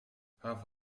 have